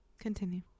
Continue